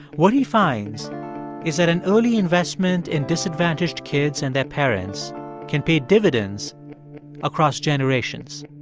what he finds is that an early investment in disadvantaged kids and their parents can pay dividends across generations